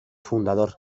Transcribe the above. fundador